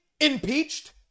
impeached